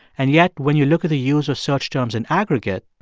and yet, when you look at the user such terms in aggregate,